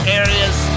area's